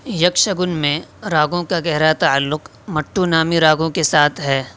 یکشگن میں راگوں کا گہرا تعلک مٹو نامی راگوں کے ساتھ ہے